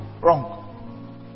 Wrong